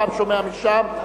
פעם שומע משם,